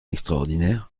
extraordinaire